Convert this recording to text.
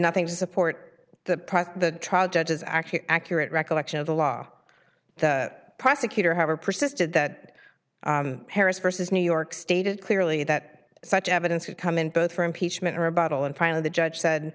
nothing to support the the trial judge is actually accurate recollection of the law the prosecutor have or persisted that paris versus new york stated clearly that such evidence would come in both for impeachment or a bottle and finally the judge said